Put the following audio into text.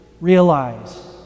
realize